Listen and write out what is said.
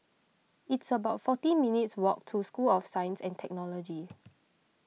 it's about forty minutes' walk to School of Science and Technology